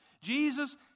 Jesus